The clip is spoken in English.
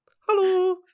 hello